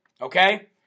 Okay